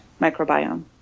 microbiome